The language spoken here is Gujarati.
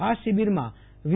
આ શિબિરમાં વી